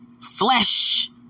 flesh